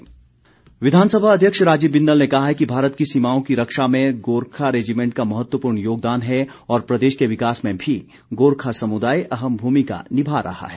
बिंदल विधानसभा अध्यक्ष राजीव बिंदल ने कहा है कि भारत की सीमाओं की रक्षा मे गोरखा रेजीमेंट का महत्वपूर्ण योगदान है और प्रदेश के विकास में भी गोरखा समुदाय अहम भूमिका निभा रहा है